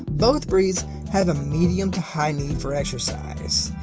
both breeds have a medium to high need for exercise.